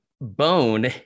bone